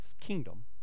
kingdom